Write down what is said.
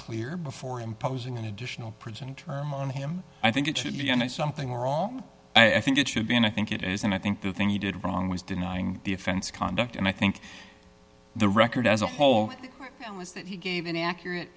clear before imposing an additional prison term on him i think it should be ended something wrong and i think it should be and i think it is and i think the thing he did wrong was denying the offense conduct and i think the record as a whole well is that he gave inaccurate